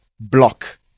block